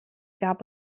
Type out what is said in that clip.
gab